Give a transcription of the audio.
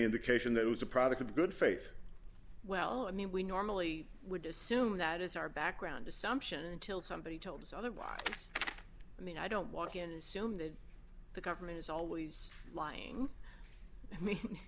indication that was a product of good faith well i mean we normally would assume that is our background assumption until somebody told us otherwise i mean i don't walk in and soon that the government is always lying me